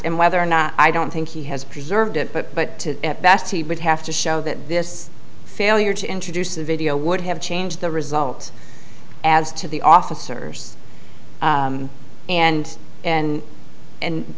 and whether or not i don't think he has preserved it but at best he would have to show that this failure to introduce the video would have changed the result as to the officers and and and